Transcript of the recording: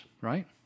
Right